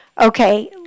Okay